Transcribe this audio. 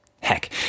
Heck